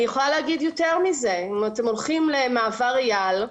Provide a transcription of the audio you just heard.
אני יכולה להגיד יותר מזה: אם אתם הולכים למעבר אייל,